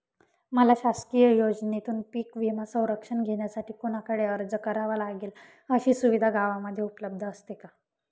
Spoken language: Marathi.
मला शासकीय योजनेतून पीक विमा संरक्षण घेण्यासाठी कुणाकडे अर्ज करावा लागेल? अशी सुविधा गावामध्ये उपलब्ध असते का?